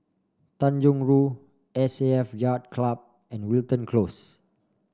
Tanjong Rhu S A F Yacht Club and Wilton Close